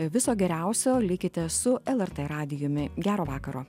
viso geriausio likite su lrt radijumi gero vakaro